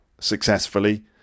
successfully